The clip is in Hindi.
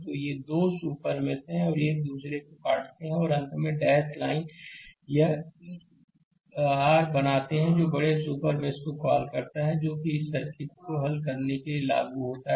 तो ये 2 सुपर मेष आर एक दूसरे को काटते हैं और अंत में डैश लाइन यह एक आर बनाते हैं जो बड़े सुपर मेष को कॉल करता है जो कि इस सर्किट को हल करने के लिए लागू होता है